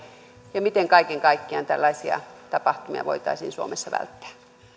ja miten kaiken kaikkiaan tällaisia tapahtumia voitaisiin suomessa välttää